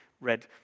read